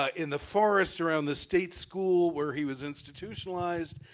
ah in the forest around the state school where he was institutionalized.